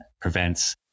prevents